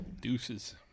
Deuces